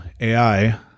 AI